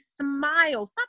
smile